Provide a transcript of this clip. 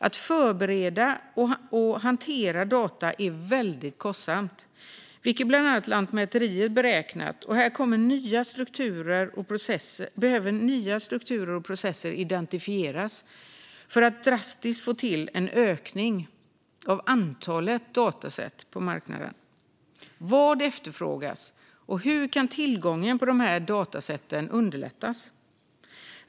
Att förbereda och hantera data är väldigt kostsamt, vilket bland annat Lantmäteriet beräknat. Och här behöver nya strukturer och processer identifieras för att man drastiskt ska få till en ökning av antalet dataset på marknaden. Vad efterfrågas, och hur kan tillgång på dessa dataset underlättas?